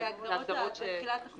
זה בהגדרות של תחילת החוק.